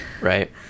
Right